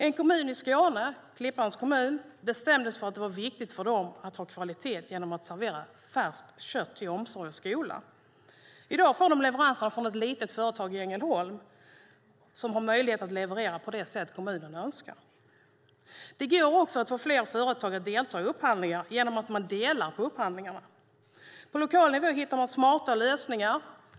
En kommun i Skåne, Klippans kommun, bestämde sig för att det var viktigt för dem att ha kvalitet genom att servera färskt kött i omsorg och skola. I dag får de leverans från ett litet företag i Ängelholm som har möjlighet att leverera på det sätt som kommunen önskar. Det går också att få fler företag att delta i upphandlingar genom att dela på upphandlingarna. På lokal nivå hittar man smarta lösningar.